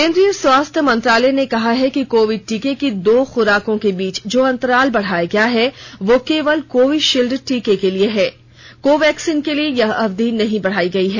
केंद्रीय स्वास्थ्य मंत्रालय ने कहा है कि कोविड टीके की दो खुराकों के बीच जो अंतराल बढ़ाया गया है वह केवल कोविशील्ड टीके के लिए है कोवैक्सीन के लिए यह अवधि नहीं बढ़ाई गई है